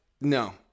no